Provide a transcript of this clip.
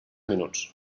minuts